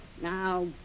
Now